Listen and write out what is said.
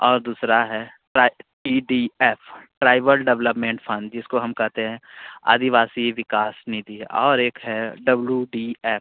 और दूसरा है T D F tribal development fund जिसको हम कहते हैं आदिवासी विकास नीति है और एक है डब्लू डी एफ